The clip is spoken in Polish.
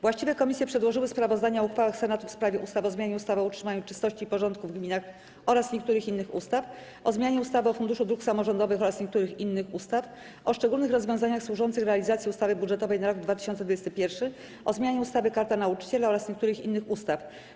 Właściwe komisje przedłożyły sprawozdania o uchwałach Senatu w sprawie ustaw: - o zmianie ustawy o utrzymaniu czystości i porządku w gminach oraz niektórych innych ustaw, - o zmianie ustawy o Funduszu Dróg Samorządowych oraz niektórych innych ustaw, - o szczególnych rozwiązaniach służących realizacji ustawy budżetowej na rok 2021, - o zmianie ustawy - Karta Nauczyciela oraz niektórych innych ustaw.